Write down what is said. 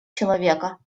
человека